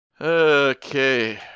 Okay